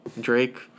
Drake